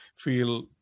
feel